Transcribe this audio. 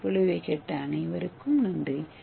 இந்த சொற்பொழிவைக் கேட்ட அனைவருக்கும் நன்றி